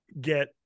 get